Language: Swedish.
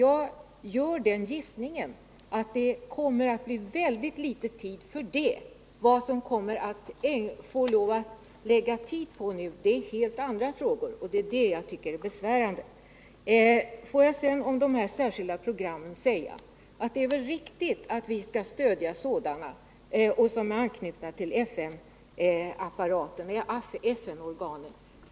Jag gör den gissningen att det kommer att bli väldigt litet tid för det. Vad vi nu kommer att få lov att använda tid på är en helt annan fråga, som är dåligt förberedd, och det är det jag tycker är besvärande. I fråga om de särskilda programmen är det rimligt att vi skall stödja sådana program som är anknutna till FN-organen.